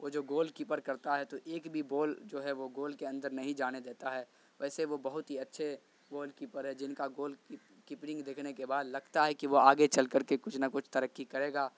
وہ جو goal keeper کرتا ہے تو ایک بھی بال جو ہے وہ گول کے اندر نہیں جانے دیتا ہے ویسے وہ بہت ہی اچھے گول کیپر ہے جن کا گول کیپرنگ دیکھنے کے بعد لگتا ہے کہ وہ آگے چل کر کے کچھ نہ کچھ ترقی کرے گا